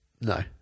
No